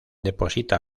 deposita